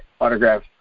autograph